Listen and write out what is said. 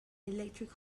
electric